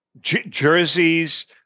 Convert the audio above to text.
jerseys